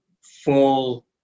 full